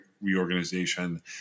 reorganization